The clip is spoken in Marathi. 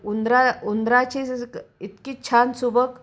उंदरा उंदराची इतकी छान सुबक